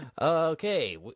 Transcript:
Okay